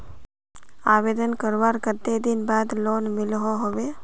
आवेदन करवार कते दिन बाद लोन मिलोहो होबे?